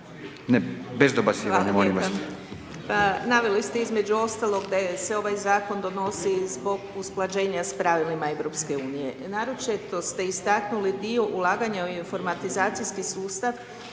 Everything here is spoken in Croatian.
vas. **Makar, Božica (HNS)** Hvala lijepo. Naveli ste između ostalog, da se je ovaj zakon donosio zbog usklađenja s pravilima EU. Naročito ste istaknuli dio ulaganja u informatizacijski sustav